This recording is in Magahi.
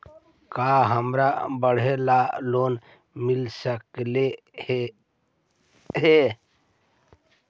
का हमरा पढ़े ल लोन मिल सकले हे?